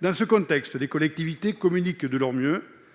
Dans ce contexte, les collectivités communiquent de leur mieux,